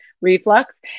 reflux